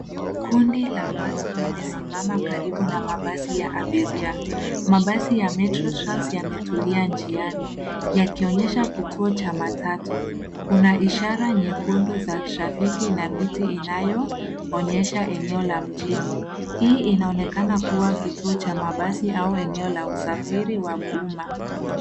Kundi la watu limesimama karibu na mabasi ya abiria. Mabasi ya Metro trans yametulia njiani, yakionyesha kituo cha matatu. Kuna ishara nyekundu za trafiki na miti inayoonyesha eneo la mjini. Hii inaonekana kuwa kituo cha mabasi au eneo la usafiri wa umma.